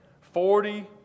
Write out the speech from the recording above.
Forty